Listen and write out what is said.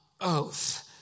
oath